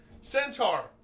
Centaur